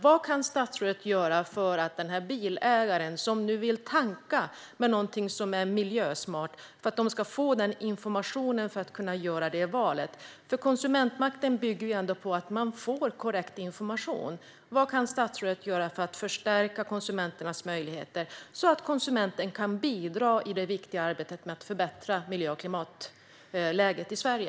Vad kan statsrådet göra för att den bilägare som vill tanka med något som är miljösmart kan få information för att kunna göra ett sådant val? Konsumentmakt bygger ju ändå på att man får korrekt information. Vad kan statsrådet göra för att förstärka konsumenternas möjligheter så att de kan bidra i det viktiga arbetet med att förbättra miljö och klimatläget i Sverige?